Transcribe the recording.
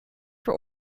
for